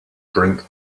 drink